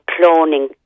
cloning